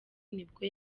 nibwo